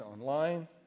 online